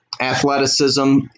athleticism